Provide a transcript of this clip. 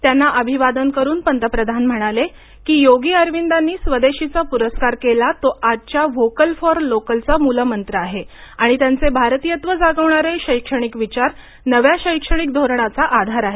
त्यांना अभिवादन करून पंतप्रधान म्हणाले की योगी अरविंदांनी स्वदेशीचा पुरस्कार केला तो आजच्या व्होकल फॉर लोकल चा मूलमंत्र आहे आणि त्यांचे भारतियत्व जागवणारे शैक्षणिक विचार नव्या शैक्षणिक धोरणाचा आधार आहेत